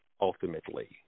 ultimately